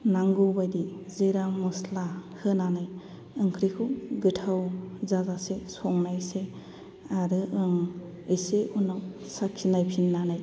नांगौबायदि जिरा मस्ला होनानै ओंख्रिखौ गोथाव जाजासे संनायसै आरो आं एसे उनाव साखि नायफिननानै